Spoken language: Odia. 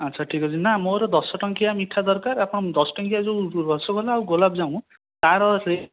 ଆଚ୍ଛା ଠିକ୍ ଅଛି ନା ମୋର ଦଶଟଙ୍କିଆ ମିଠା ଦରକାର ଆପଣ ଦଶଟଙ୍କିଆ ଯେଉଁ ରସଗୋଲା ଆଉ ଗୋଲାପଜାମୁ ତାର ସେହି